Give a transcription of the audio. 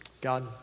God